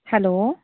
hello